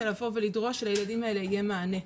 זה לבוא ולדרוש שלילדים האלה יהיה מענה.